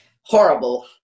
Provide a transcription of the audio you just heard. Horrible